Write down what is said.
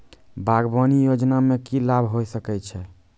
बागवानी योजना मे की लाभ होय सके छै?